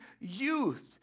youth